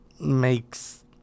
makes